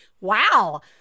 wow